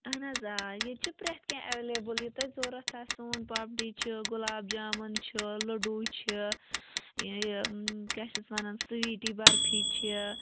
اَہَن حظ آ ییٚتہِ چھِ پرٛٮ۪تھ کیٚنہہ اٮ۪ولیبٕل یہِ تۄہہِ ضوٚرَتھ آسہِ سون پاپڈی چھِ گُلاب جامُن چھِ لڈوٗ چھِ یہِ یہِ کیٛاہ چھِ اَتھ وَنان سِویٖٹی برفی چھِ